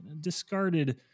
discarded